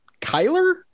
Kyler